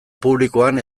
publikoan